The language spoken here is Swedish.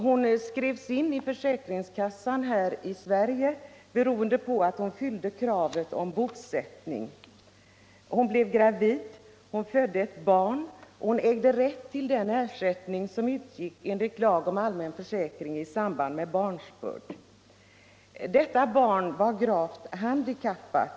Hon skrevs in i försäkringskassan här i Sverige beroende på att hon fyllde kravet på bosättning. Hon blev gravid, födde ett barn och ägde rätt till den ersättning som utgår i samband med barnsbörd enligt lagen om allmän försäkring.